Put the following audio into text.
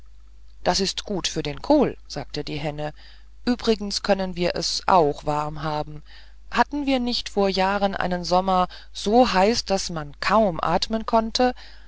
das ist gut für den kohl sagte die henne übrigens können wir es auch warm haben hatten wir nicht vor jahren einen sommer so heiß daß man kaum atmen konnte